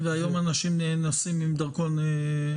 היום אנשים נוסעים עם דרכון ביומטרי.